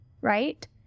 right